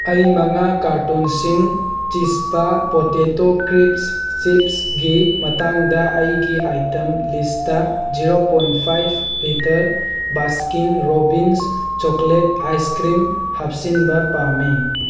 ꯑꯩ ꯃꯉꯥ ꯀꯥꯔꯇꯨꯟꯁꯤꯡ ꯆꯤꯁꯄ꯭ꯔꯥ ꯄꯣꯇꯦꯇꯣ ꯀ꯭ꯔꯤꯞꯁ ꯆꯤꯞꯁꯒꯤ ꯃꯇꯥꯡꯗ ꯑꯩꯒꯤ item list zero point five litre Baskin Robbins chocolate ice cream ꯍꯥꯞꯆꯤꯟꯕ ꯄꯥꯝꯝꯤ